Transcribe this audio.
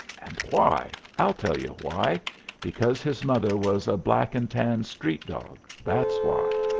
and why? i'll tell you why because his mother was a black-and-tan street-dog, that's why!